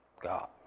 God